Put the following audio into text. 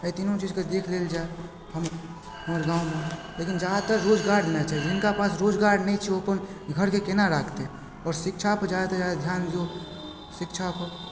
अइ तीनू चीजके देख लेल जाए हम हमर गाँवमे लेकिन जहाँ तक रोजगार देना चाही जिनका पास रोजगार नहि छै ओ अपन घरके केना राखतइ आओर शिक्षापर जादा सँ जादा ध्यान दो शिक्षापर